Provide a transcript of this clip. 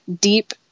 deep